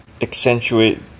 accentuate